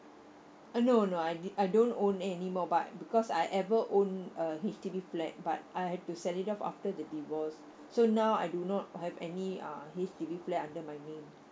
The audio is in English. uh no no I didn't I don't own any more but because I ever own a H_D_B flat but I had to sell it off after the divorce so now I do not have any uh H_D_B flat under my name